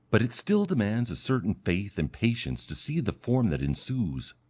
but it still demands a certain faith and patience to see the form that ensues.